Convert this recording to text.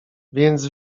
więc